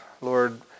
Lord